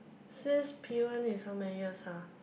since P one is how many years har